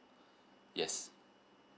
yes